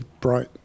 bright